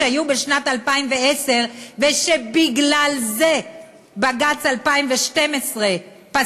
כמו שהיו בשנת 2010 ושבגלל זה בג"ץ 2012 פסל